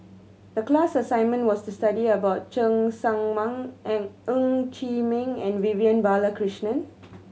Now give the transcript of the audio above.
the class assignment was to study about Cheng Tsang Man and Ng Chee Meng and Vivian Balakrishnan